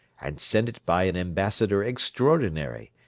and sent it by an ambassador extraordinary,